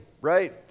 right